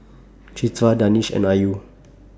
Citra Danish and Ayu